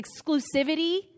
exclusivity